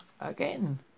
again